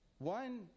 One